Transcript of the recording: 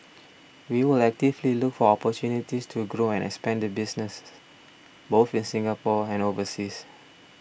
we will actively look for opportunities to grow and expand the business both in Singapore and overseas